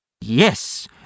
Yes